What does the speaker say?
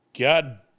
God